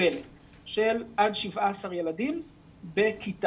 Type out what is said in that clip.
מוגבלת של עד 17 ילדים בכיתה.